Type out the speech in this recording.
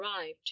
arrived